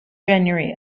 january